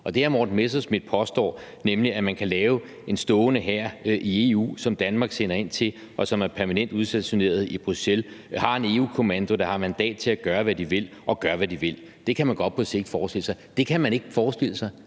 det, hr. Morten Messerschmidt påstår, nemlig at man kan lave en stående hær i EU, som Danmark sender ind til, og som er permanent udstationeret i Bruxelles, og at der er en EU-kommando, der har mandat til at gøre, hvad de vil, og gør, hvad de vil, altså at det kan man godt på sigt forestille sig, så er svaret: Det kan man ikke forestille sig,